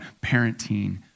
parenting